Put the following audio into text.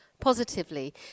positively